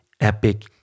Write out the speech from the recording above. Epic